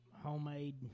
homemade